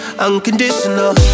Unconditional